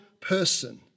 person